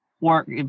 work